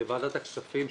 לוועדת הכספים,